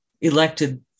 elected